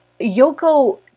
Yoko